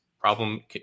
problem